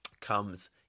comes